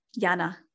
Yana